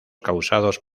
causados